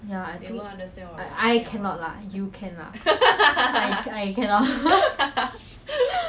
ya I think I cannot lah you can lah I I cannot